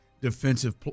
defensive